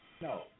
no